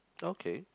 okay